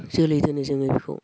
जोलै दोनो जोङो बेखौ